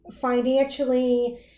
Financially